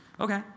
Okay